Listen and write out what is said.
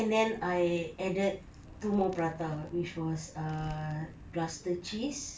and then I added two more prata which was err plaster cheese